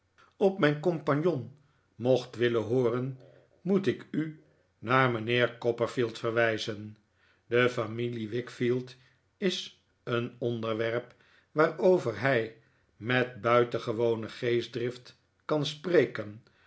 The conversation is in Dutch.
op mijn compagnon mocht willen hooren moet ik u naar mijnheer copperfield verwijzen de familie wickfield is een onderwerp waarover hij met buitengewone geestdrift kan spreken